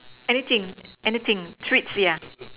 anything anything treats yeah